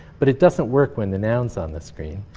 but it doesn't work when the noun's on the screen.